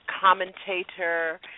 commentator